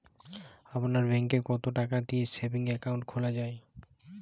আপনার ব্যাংকে কতো টাকা দিয়ে সেভিংস অ্যাকাউন্ট খোলা হয়?